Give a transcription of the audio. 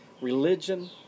religion